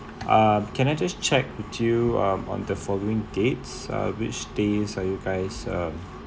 uh can I just check with you um on the following dates uh which days are you guys um